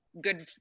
good